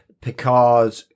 picard